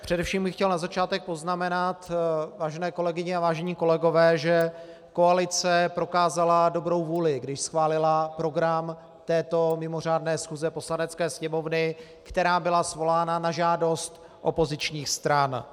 Především bych chtěl na začátek poznamenat, vážené kolegyně a vážení kolegové, že koalice prokázala dobrou vůli, když schválila program této mimořádné schůze Poslanecké sněmovny, která byla svolána na žádost opozičních stran.